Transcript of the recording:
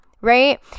Right